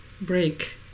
break